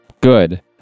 good